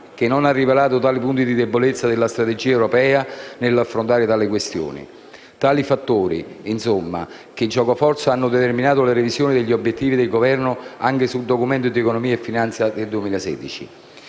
che ha rivelato tanti punti di debolezza della strategia europea nell'affrontare tale questione. Tutti fattori che giocoforza hanno determinato la revisione degli obiettivi del Governo anche sul Documento di economia e finanza del 2016.